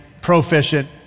proficient